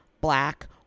black